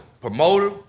Promoter